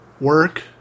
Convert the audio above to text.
work